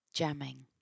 Jamming